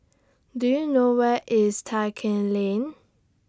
Do YOU know Where IS Tai Keng Lane